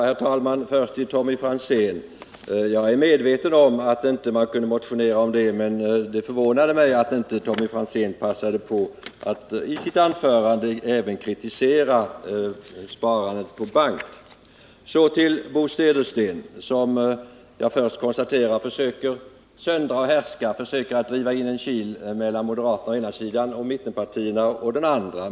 Herr talman! Först till Tommy Franzén: Jag är medveten om att man inte kunde motionera om skattesparkontot, men det förvånade mig att inte Tommy Franzén passade på att i sitt anförande även kritisera sparandet på bank. Så till Bo Södersten, som försöker söndra och härska, försöker driva in en kil mellan moderaterna å ena sidan och mittenpartierna å den andra.